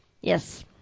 Yes